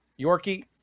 Yorkie